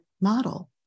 model